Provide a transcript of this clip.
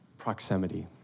Proximity